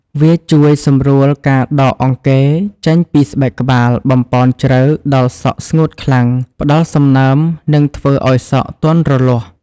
វាជួយសម្រួលការដកអង្គែរចេញពីស្បែកក្បាល បំប៉នជ្រៅដល់សក់ស្ងួតខ្លាំង ផ្តល់សំណើម និងធ្វើឲ្យសក់ទន់រលាស់។